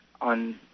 on